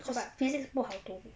but physics 不好读